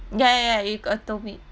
ya ya ya you got told me